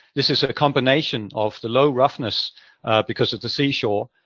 this is a combination of the low roughness because of the seashore,